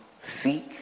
Seek